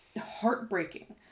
heartbreaking